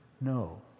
No